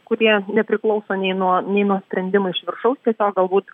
kurie nepriklauso nei nuo nei nuo sprendimų iš viršaus tiesiog galbūt